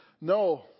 No